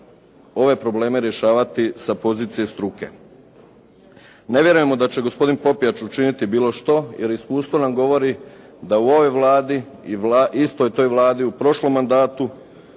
ove probleme rješavati sa pozicije struke. Ne vjerujemo da će gospodin Popijač učiniti bilo što, jer iskustvo nam govori da u ovoj Vladi i istoj toj Vladi u prošlom mandatu